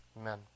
amen